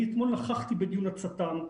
אני אתמול נכחתי בדיון הצט"ם.